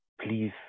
please